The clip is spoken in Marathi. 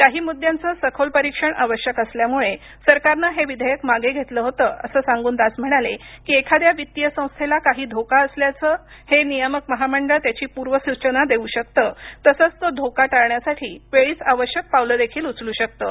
काही मुद्द्यांचं सखोल परीक्षण आवश्यक असल्यामुळे सरकारनं हे विधेयक मागे घेतलं होतं असं सांगून दास म्हणाले की एखाद्या वित्तीय संस्थेला काही धोका असल्यास हे नियामक महामंडळ त्याची पूर्वसूचना देऊ शकतं तसंच तो धोका टाळण्यासाठी वेळीच आवश्यक पावलं देखील उचलू शकतं